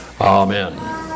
Amen